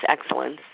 Excellence